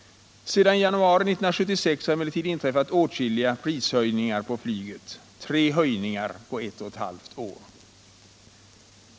Sedan januari 1976 har emellertid inträffat åtskilliga prishöjningar på flyget — tre höjningar på ett och ett halvt år.